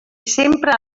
sempre